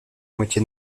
moitié